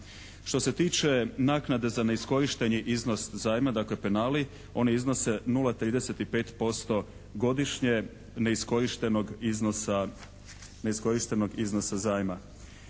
Što se tiče naknade za neiskorišteni iznos zajma, dakle penali, oni iznose 0,35% godišnje neiskorištenog iznosa zajma.